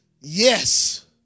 yes